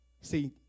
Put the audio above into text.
See